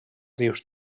rius